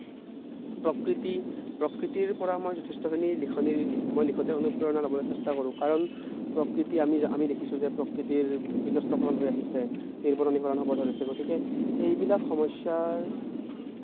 প্ৰকৃতি প্ৰকৃতিৰ পৰা আমাৰ যথেষ্টখিনি লিখনি মই লিখোঁতে অনুপ্ৰেৰণা ল'বলৈ চেষ্টা কৰোঁ কাৰণ প্ৰকৃতি আমি জা আমি দেখিছোঁ যে প্ৰকৃতিৰ বিনষ্টকৰণ হৈ আহিছে নিৰ্বননীকৰণ হ'ব ধৰিছে গতিকে এইবিলাক সমস্যাৰ